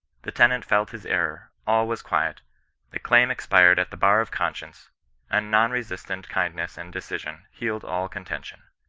the tenant felt his error all was quiet the claim expired at the bar of conscience and non-resistant kindness and decision healed all contention.